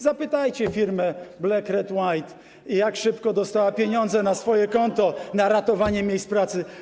Zapytajcie firmę Black Red White, jak szybko dostała pieniądze na swoje konto na ratowanie miejsc pracy.